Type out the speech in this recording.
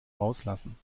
rauslassen